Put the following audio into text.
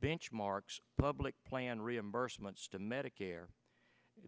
benchmarks public plan reimbursements to medicare